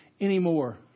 anymore